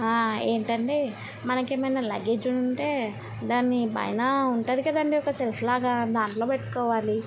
ఏంటండీ మనకేమన్న లగేజుంటే దాన్ని పైనా ఉంటుంది కదండీ ఒక సెల్ఫ్ల్లాగా దాంట్లో పెట్టుకోవాలి